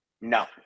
No